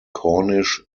cornish